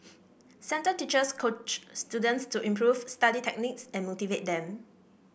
centre teachers coach students to improve study techniques and motivate them